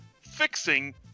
fixing